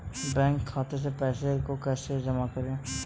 Bank खाते से पैसे को कैसे जमा करें?